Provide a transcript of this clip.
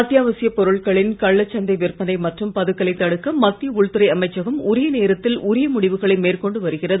அத்தியாவசிய பொருட்களின் கள்ளச் சந்தை விற்பனை மற்றும் பதுக்கலை தடுக்க மத்திய உள்துறை அமைச்சகம் உரிய நேரத்தில் உரிய முடிவுகளை மேற்கொண்டு வருகிறது